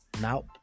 Now